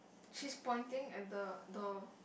she's pointing at the door